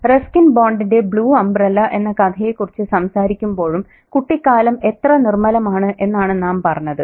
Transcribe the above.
Ruskin ബോണ്ടിന്റെ blue umbrella' എന്ന കഥയെക്കുറിച്ച് സംസാരിക്കുമ്പോഴും കുട്ടിക്കാലം എത്ര നിർമ്മലമാണ് എന്നാണ് നാം പറഞ്ഞത്